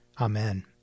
Amen